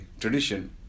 tradition